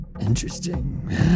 Interesting